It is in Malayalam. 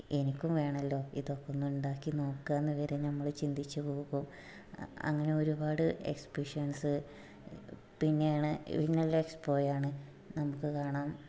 എനിക്കും വേണമല്ലോ ഇതൊക്കൊന്നുണ്ടാക്കി നോക്കാന്ന് വരെ നമ്മൾ ചിന്തിച്ച് പോകും അങ്ങനെ ഒരുപാട് എക്സ്ബിഷൻസ് പിന്നെയാണ് ഇന്നുള്ള എക്സ്പൊയാണ് നമുക്ക് കാണാം